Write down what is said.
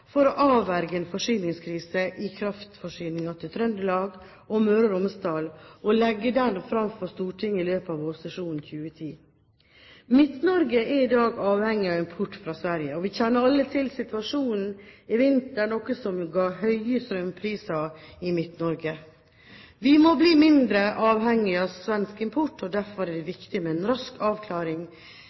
for å avverge en forsyningskrise i kraftforsyningen til Trøndelag og Møre og Romsdal, og legge den fram for Stortinget i løpet av vårsesjonen 2010. Midt-Norge er i dag avhengig av import fra Sverige, og vi kjenner alle til situasjonen i vinter, noe som ga høye strømpriser i Midt-Norge. Vi må bli mindre avhengig av svensk import, og derfor er det viktig med en rask avklaring